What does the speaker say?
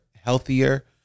healthier